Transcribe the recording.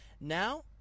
Now